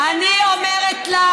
אני אומרת לך שוב,